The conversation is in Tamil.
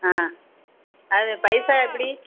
ஆ அது பைசா எப்படி